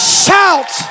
shout